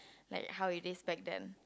like how it is back then